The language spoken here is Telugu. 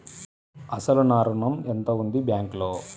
అసలు నా ఋణం ఎంతవుంది బ్యాంక్లో?